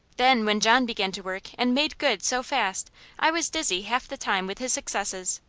then when john began to work and made good so fast i was dizzy half the time with his successes,